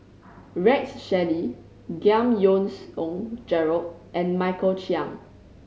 Rex Shelley Giam Yean Song Gerald and Michael Chiang